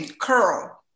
curl